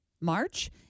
March